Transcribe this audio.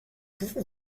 pouvons